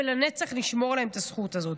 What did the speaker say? ולנצח נשמור להם את הזכות הזאת.